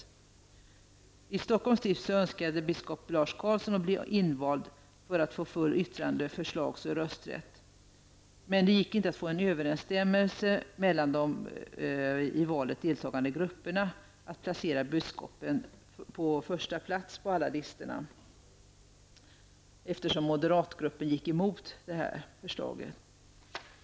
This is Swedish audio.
I Stockholms stift önskade biskop Lars Carlzon bli invald för att få full yttranderätt, förslagsrätt och rösträtt. Men det gick inte att få en överensstämmelse mellan de i valet deltagande grupperna om att placera biskopen på första plats på alla listor, eftersom moderatgruppen gick emot detta förslag.